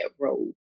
road